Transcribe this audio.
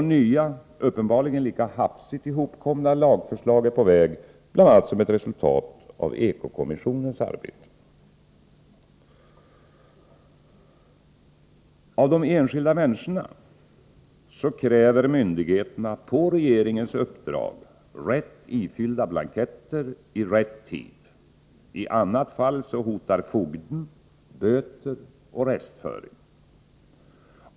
Nya — uppenbarligen lika hafsigt hopkomna — lagförslag är på väg, bl.a. som ett resultat av Eko-kommissionens arbete. Av de enskilda människorna kräver myndigheterna på regeringens uppdrag rätt ifyllda blanketter i rätt tid. I annat fall hotar fogden, böter och restföring.